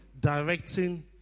directing